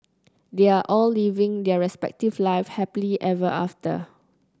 they are all living their respective lives happily ever after